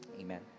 Amen